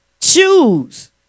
choose